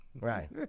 right